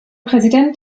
präsident